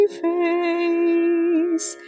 face